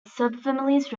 subfamilies